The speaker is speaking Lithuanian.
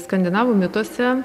skandinavų mituose